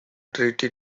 treaty